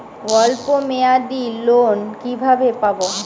অল্প মেয়াদি লোন কিভাবে পাব?